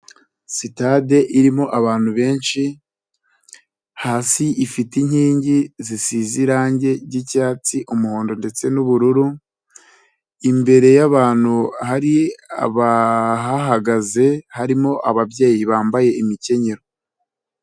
Sitade irimo abantu benshi, hasi ifite inkingi zisize irangi ry'icyatsi, umuhondo ndetse n'ubururu, imbere y'abantu, hari abahahagaze harimo ababyeyi bambaye imikenyero.